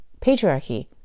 patriarchy